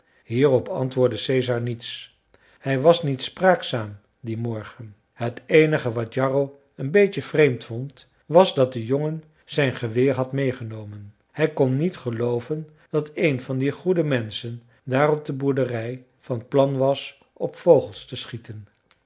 hierop antwoordde caesar niets hij was niet spraakzaam dien morgen het eenige wat jarro een beetje vreemd vond was dat de jongen zijn geweer had meegenomen hij kon niet gelooven dat een van die goede menschen daar op de boerderij van plan was op vogels te schieten